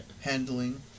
Handling